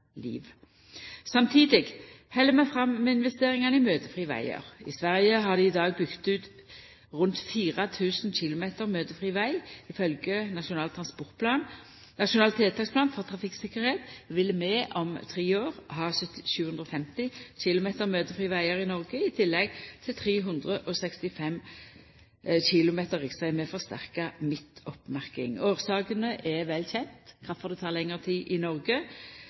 liv. Samtidig held vi fram med investeringane i møtefrie vegar. I Sverige har dei i dag bygd ut 4 000 km møtefri veg. Ifølgje Nasjonal tiltaksplan for trafikktryggleik på veg vil vi om tre år ha 750 km møtefrie vegar i Noreg i tillegg til 365 km riksveg med forsterka midtoppmerking. Årsakene til at det tek lengre tid i Noreg er vel kjende – det har vi snakka om i